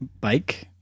bike